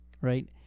right